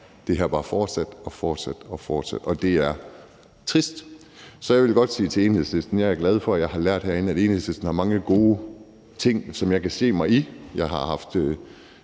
er det bare fortsat og fortsat. Det er trist. Så jeg vil godt sige til Enhedslisten, at jeg er glad for, at jeg har lært herinde, at Enhedslisten har mange gode ting, som jeg kan se mig i. Jeg har haft